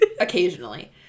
Occasionally